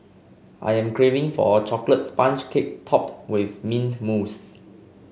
I am craving for a chocolate sponge cake topped with mint mousse